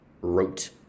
wrote